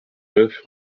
neuf